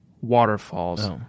waterfalls